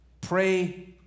pray